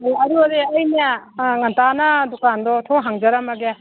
ꯑꯗꯨꯗꯤ ꯑꯩꯅ ꯉꯟꯇꯥꯅ ꯗꯨꯀꯥꯟꯗꯣ ꯊꯣꯡ ꯍꯥꯡꯖꯔꯝꯃꯒꯦ